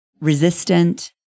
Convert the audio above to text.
resistant